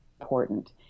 important